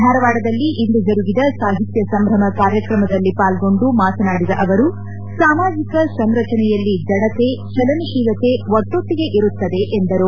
ಧಾರವಾಡದಲ್ಲಿಂದು ಜರುಗಿದ ಸಾಹಿತ್ಯ ಸಂಭ್ರಮ ಕಾರ್ಯಕ್ರಮದಲ್ಲಿ ಪಾಲ್ಗೊಂಡು ಮಾತನಾಡಿದ ಅವರು ಸಾಮಾಜಿಕ ಸಂರಚನೆಯಲ್ಲಿ ಜಡತೆ ಚಲನಶೀಲತೆ ಒಟ್ಟೊಟ್ಟಗೆ ಇರುತ್ತದೆ ಎಂದರು